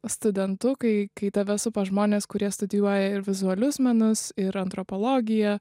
studentu kai kai tave supa žmonės kurie studijuoja ir vizualius menus ir antropologiją